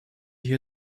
hier